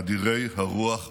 אדירי הרוח והמעש.